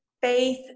faith